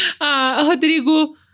Rodrigo